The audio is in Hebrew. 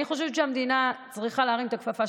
אני חושבת שהמדינה צריכה להרים את הכפפה,